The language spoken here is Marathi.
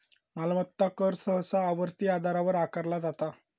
मालमत्ता कर सहसा आवर्ती आधारावर आकारला जाता